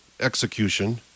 execution